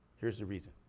here's the reason.